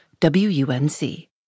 WUNC